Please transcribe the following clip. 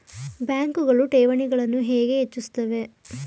ಬ್ಯಾಂಕುಗಳು ಠೇವಣಿಗಳನ್ನು ಹೇಗೆ ಹೆಚ್ಚಿಸುತ್ತವೆ?